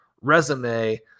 resume